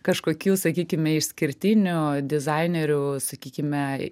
kažkokių sakykime išskirtinių dizainerių sakykime